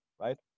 right